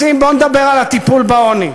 רוצים, בוא נדבר על הטיפול בעוני.